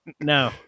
No